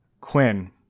Quinn